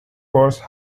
course